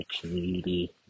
community